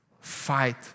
fight